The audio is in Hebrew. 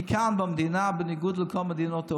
כי כאן במדינה, בניגוד לכל מדינות העולם,